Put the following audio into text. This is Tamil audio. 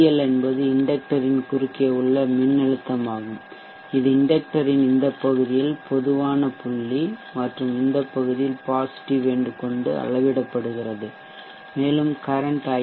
எல் என்பது இண்டெக்ட்டரின் குறுக்கே உள்ள மின்னழுத்தமாகும் இது இண்டெக்ட்டரின் இந்த பகுதியில் பொதுவான புள்ளி மற்றும் இந்த பகுதியில் பாசிட்டிவ் எண்ட் கொண்டு இது அளவிடப்படுகிறது மேலும் கரன்ட் ஐ